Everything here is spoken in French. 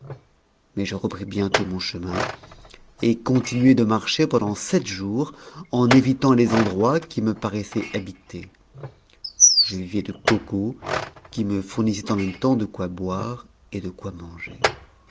mais je a pris bientôt mon chemin et continuai de marcher pendant sept jours n évitant les endroits qui me paraissaient habités je vivais de cocos qui me fournissaient en même temps de quoi boire et de quoi manger